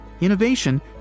innovation